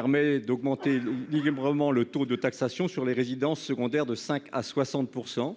permet d'augmenter librement le taux de taxation sur les résidences secondaires de 5 % à 60 %.